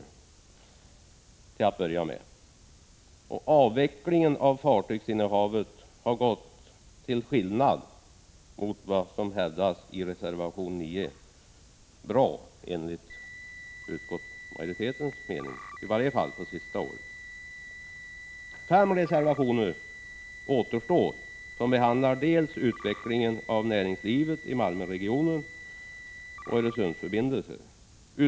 Utskottsmajoriteten anser, till skillnad mot vad som hävdas i reservation 9, att avvecklingen av fartygsinnehavet har gått bra, i varje fall det senaste året. Fem reservationer återstår, som behandlar utvecklingen av näringslivet i Malmöregionen och förbindelser över Öresund.